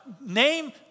Name